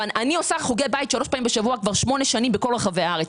אני עושה חוגי בית שלוש פעמים בשבוע כבר שמונה שנים בכל רחבי הארץ.